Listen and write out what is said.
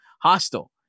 hostile